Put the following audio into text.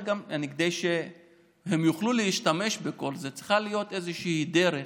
כדי שהם יוכלו להשתמש בכל זה צריכה להיות איזושהי דרך